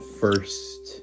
first